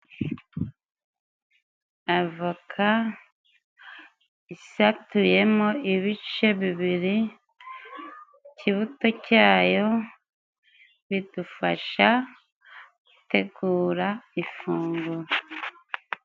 Avoka isatuyemo ibice bibiri, ikibuto cyayo bidufasha gutegura ifunguro.